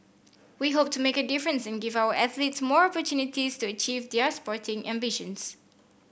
we hope to make a difference and give our athletes more opportunities to achieve their sporting ambitions